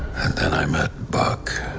then i met buck.